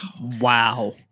Wow